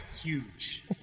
Huge